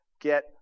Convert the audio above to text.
Get